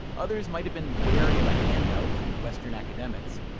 others might have been wary of a handout from western academics.